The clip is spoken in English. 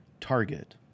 target